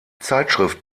zeitschrift